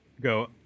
go